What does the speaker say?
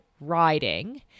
RIDING